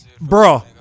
Bro